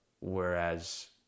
Whereas